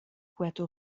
puerto